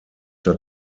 der